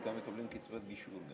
חלקם מקבלים קצבת גישור.